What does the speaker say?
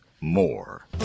more